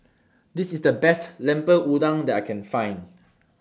This IS The Best Lemper Udang that I Can Find